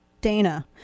Dana